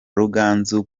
ruganzu